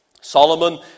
Solomon